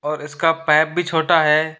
और इसका पैप भी छोटा है